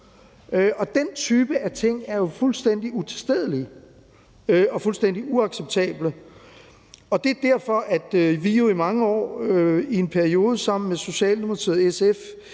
Den type af ting er jo fuldstændig utilstedelige og fuldstændig uacceptable, og det er derfor, at vi jo i mange år – i en periode sammen med Socialdemokratiet og